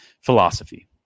philosophy